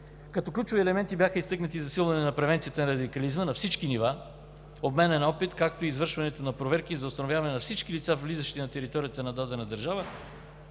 Като ключови елементи бяха изтъкнати и засилване на превенцията на радикализацията на всички нива, обменът на опит, както и извършването на проверки за установяване на всички лица, влизащи на територията на дадена държава